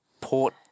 Port –